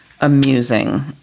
amusing